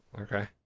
okay